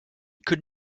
could